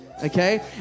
okay